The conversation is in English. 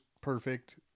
perfect